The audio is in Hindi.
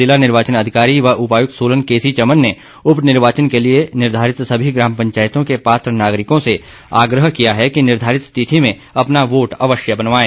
जिला निर्वाचन अधिकारी व उपायुक्त सोलन के सी चमन ने उप निर्वाचन के लिए निर्धारित सभी ग्राम पंचायतों के पात्र नागरिकों से आग्रह किया है कि निर्धारित तिथि में अपना वोट अवश्य बनवाएं